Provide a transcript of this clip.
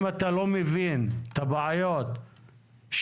אם אתה לא מבין את הבעיות שלי,